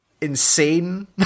insane